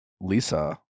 Lisa